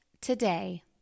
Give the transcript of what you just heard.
today